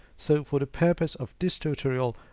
so for the purpose of this tutorial,